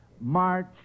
March